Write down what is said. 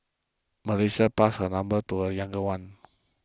Melissa passed her number to a younger one